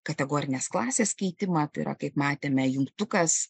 kategorinės klasės keitimą tai yra kaip matėme jungtukas